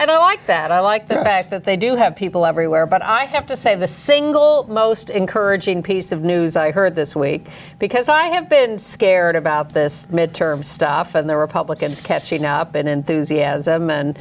and i like that i like the fact that they do have people everywhere but i have to say the single most encouraging piece of news i heard this week because i have been scared about this midterm stuff and the republicans catching up in enthusias